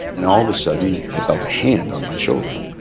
and all of a sudden, i felt a hand on my shoulder.